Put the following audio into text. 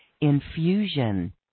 infusion